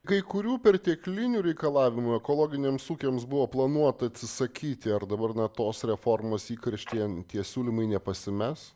kai kurių perteklinių reikalavimų ekologiniams ūkiams buvo planuota atsisakyti ar dabar nuo tos reformos įkarštyje tie siūlymai nepasimes